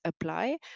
apply